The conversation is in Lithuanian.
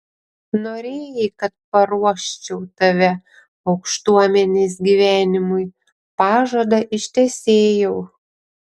norėjai kad paruoščiau tave aukštuomenės gyvenimui pažadą ištesėjau